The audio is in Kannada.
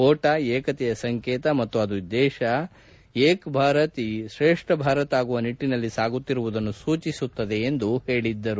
ಓಟ ಏಕತೆಯ ಸಂಕೇತ ಮತ್ತು ಅದು ದೇಶ ಏಕ್ ಭಾರತ್ ಶ್ರೇಷ್ಠ ಭಾರತ್ ಆಗುವ ನಿಟ್ಟಿನಲ್ಲಿ ಸಾಗುತ್ತಿರುವುದನ್ನು ಸೂಚಿಸುತ್ತದೆ ಎಂದು ಹೇಳಿದ್ದರು